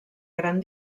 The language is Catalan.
gran